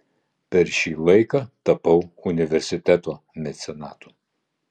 per šį laiką tapau universiteto mecenatu